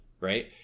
right